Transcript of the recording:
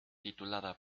titulada